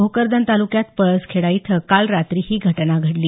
भोकरदन तालुक्यात पळसखेडा इथं काल रात्री ही घटना घडली